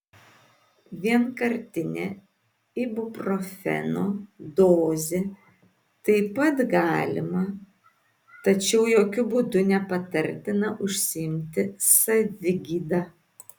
vienkartinė ibuprofeno dozė taip pat galima tačiau jokiu būdu nepatartina užsiimti savigyda